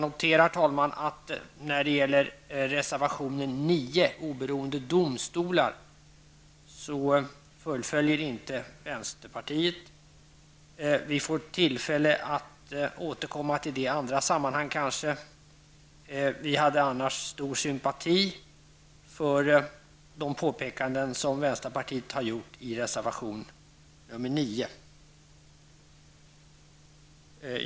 Herr talman, när det gäller reservation 9 om oberoende domstolar noterar jag att vänsterpartiet inte fullföljer. Men vi får kanske tillfälle att återkomma till frågan i något annat sammanhang. Jag kan bara säga att vi hyser stor sympati för vänsterpartiets påpekanden i reservation 9.